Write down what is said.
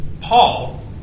Paul